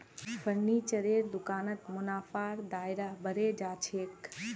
फर्नीचरेर दुकानत मुनाफार दायरा बढ़े जा छेक